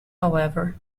however